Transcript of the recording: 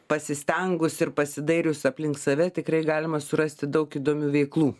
pasistengus ir pasidairius aplink save tikrai galima surasti daug įdomių veiklų